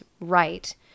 right